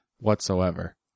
whatsoever